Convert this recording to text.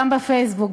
גם בפייסבוק,